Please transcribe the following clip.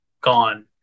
gone